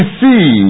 see